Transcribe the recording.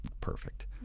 perfect